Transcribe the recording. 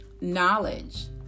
knowledge